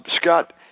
Scott